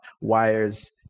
wires